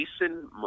Jason